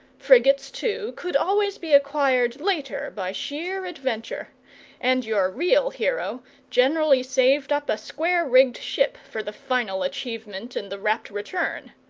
frigates, too, could always be acquired later by sheer adventure and your real hero generally saved up a square-rigged ship for the final achievement and the rapt return.